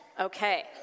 Okay